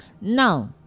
Now